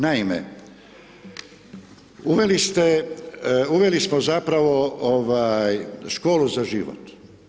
Naime, uveli smo zapravo školu za život.